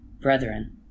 Brethren